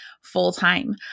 full-time